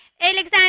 Alexander